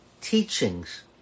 teachings